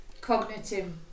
Cognitive